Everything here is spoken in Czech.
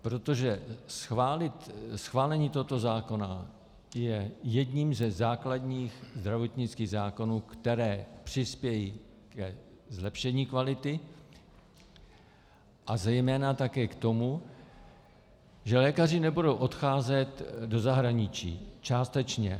Protože schválení tohoto zákona jako jednoho ze základních zdravotnických zákonů přispěje ke zlepšení kvality a zejména také k tomu, že lékaři nebudou odcházet do zahraničí, částečně.